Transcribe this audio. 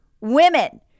women